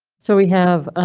so we have.